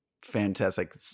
Fantastic